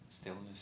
stillness